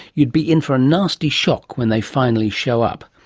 you'd be in for a nasty shock when they finally show up.